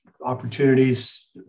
opportunities